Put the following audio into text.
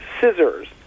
scissors